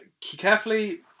carefully